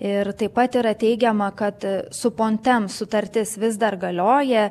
ir taip pat yra teigiama kad su pontem sutartis vis dar galioja